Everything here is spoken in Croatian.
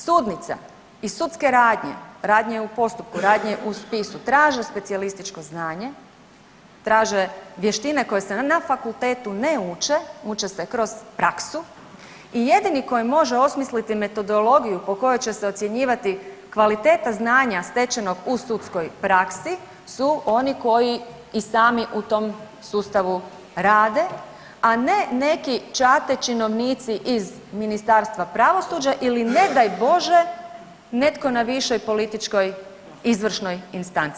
Sudnica i sudske radnje, radnje u postupku, radnje u spisu traže specijalističko znanje, traže vještine koje se na fakultetu ne uče, uče se kroz praksu i jedini koji može osmisliti metodologiju po kojoj će se ocjenjivati kvaliteta znanja stečenog u sudskoj praksi su oni koji i sami u tom sustavu rade, a ne neki čate činovnici iz Ministarstva pravosuđa ili ne daj Bože netko na višoj političkoj izvršnoj instanci.